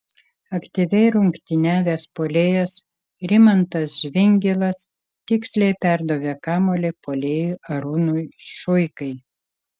aktyviai rungtyniavęs puolėjas rimantas žvingilas tiksliai perdavė kamuolį puolėjui arūnui šuikai